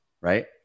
right